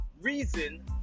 reason